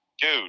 dude